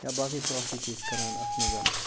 یا باقٕے پرٛاسٮ۪س چھِ أسۍ کَران اتھ منٛز